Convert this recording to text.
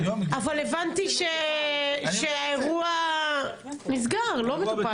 הבנתי שהאירוע נסגר, לא מטופל.